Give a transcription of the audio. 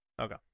okay